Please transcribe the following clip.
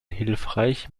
hilfreich